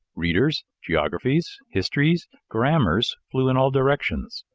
readers, geographies, histories, grammars flew in all directions.